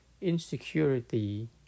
insecurity